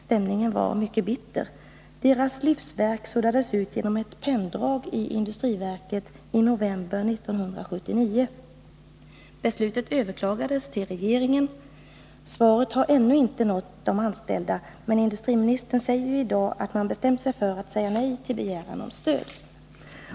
Stämningen var mycket bitter. Deras livsverk suddades ut genom ett penndrag i industriverket i november 1979. Beslutet överklagades till regeringen. Svaret har ännu inte nått de anställda, men industriministern säger ju i dag att man bestämt sig för att säga nej till begäran om stöd.